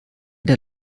der